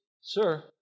sir